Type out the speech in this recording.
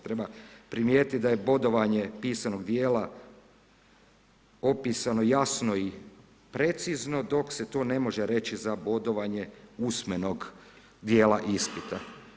Treba primijetiti da je bodovanje pisanog dijela opisano jasno i precizno, dok se to ne može reći za bodovanje usmenog dijela ispita.